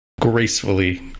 gracefully